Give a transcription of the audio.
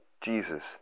Jesus